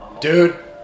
Dude